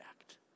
act